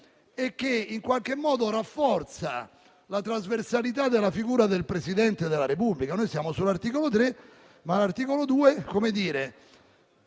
e che, in qualche modo, rafforza la trasversalità della figura del Presidente della Repubblica. Noi siamo ora sull'articolo 3, ma l'articolo 2 proroga,